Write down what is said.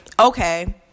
okay